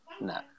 No